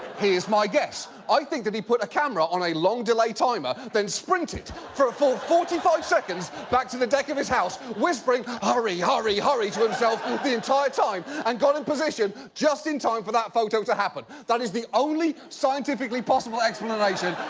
my guess. i think that he put a camera on a long delay timer, then sprinted for a full forty five seconds back to the deck of his house, whispering hurry, hurry, hurry! to himself and the entire time, and got in position just in time for that photo to happen. that is the only scientifically possible explanation.